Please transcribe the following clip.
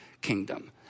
kingdom